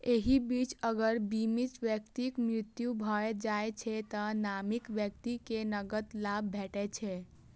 एहि बीच अगर बीमित व्यक्तिक मृत्यु भए जाइ छै, तें नामित व्यक्ति कें नकद लाभ भेटै छै